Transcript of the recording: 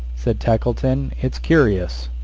said tackleton. it's curious.